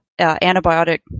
antibiotic